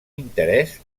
interès